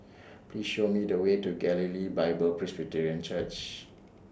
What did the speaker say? Please Show Me The Way to Galilee Bible Presbyterian Church